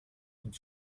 und